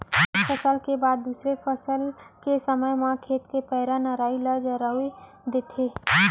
एक फसल के बाद दूसर फसल ले के समे म खेत के पैरा, नराई ल जरो देथे